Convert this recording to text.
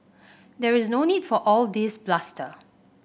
there is no need for all this bluster